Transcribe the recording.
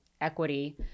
equity